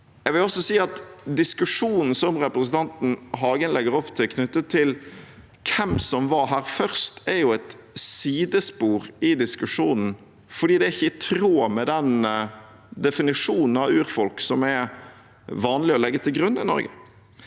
Jeg vil også si at diskusjonen som representanten Hagen legger opp til knyttet til hvem som var her først, er et sidespor i diskusjonen, for det er ikke i tråd med den definisjonen av urfolk som er vanlig å legge til grunn i Norge.